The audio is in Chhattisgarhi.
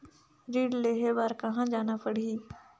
ऋण लेहे बार कहा जाना पड़ही?